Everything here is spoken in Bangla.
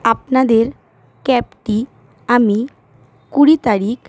আপনাদের ক্যাবটি আমি কুড়ি তারিখ